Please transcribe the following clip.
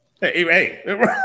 hey